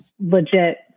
legit